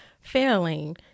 failing